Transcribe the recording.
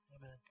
Amen